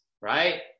right